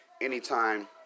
Anytime